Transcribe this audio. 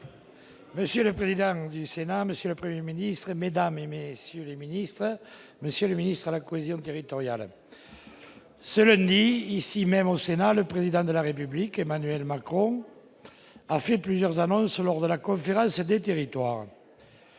Monsieur le président du Sénat, Monsieur le 1er Ministre Mesdames et messieurs les Ministres, Monsieur le ministre à la cohésion territoriale cela dit ici même au Sénat, le président de la République, Emmanuel Macron en fait plusieurs annonces lors de la conférence des territoires,